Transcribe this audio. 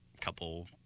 couple